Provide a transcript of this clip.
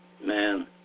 man